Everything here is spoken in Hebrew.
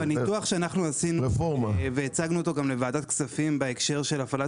בניתוח שאנחנו עשינו והצגנו אותו גם לוועדת כספים בהקשר של הפעלת